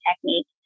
technique